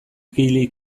kili